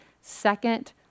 second